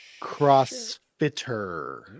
Crossfitter